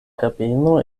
herbeno